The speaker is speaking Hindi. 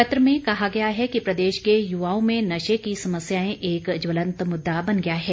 पत्र में कहा गया है कि प्रदेश के युवाओं में नशे की समस्याए एक ज्वलंत मुददा बन गया है